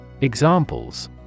Examples